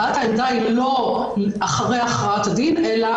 הבעת העמדה היא לא אחרי הכרעת הדין אלא